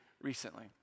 recently